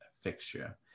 fixture